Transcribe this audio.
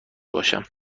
باشم